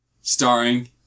starring